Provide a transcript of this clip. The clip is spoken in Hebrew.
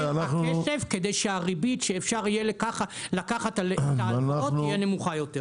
הכסף כדי שהריבית שאפשר יהיה לקחת עליה את ההלוואות תהיה נמוכה יותר.